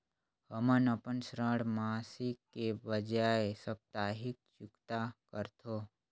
हमन अपन ऋण मासिक के बजाय साप्ताहिक चुकता करथों